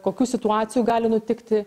kokių situacijų gali nutikti